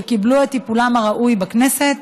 שיקבלו את טיפולם הראוי בכנסת,